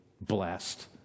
blessed